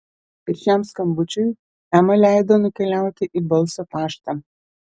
ir šiam skambučiui ema leido nukeliauti į balso paštą